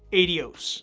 adios.